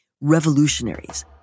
revolutionaries